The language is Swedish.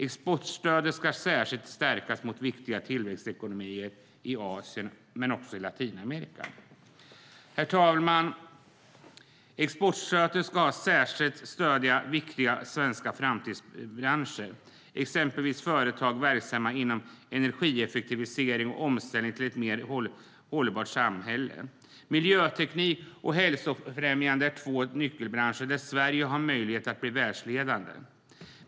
Exportstödet ska särskilt stärkas mot viktiga tillväxtekonomier i Asien och Latinamerika. Herr talman! Exportstödet ska särskilt stödja viktiga svenska framtidsbranscher, exempelvis företag verksamma inom energieffektivisering och omställning till ett mer hållbart samhälle. Miljöteknik och hälsofrämjande är två nyckelbranscher där Sverige har möjlighet att bli världsledande.